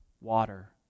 water